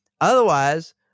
Otherwise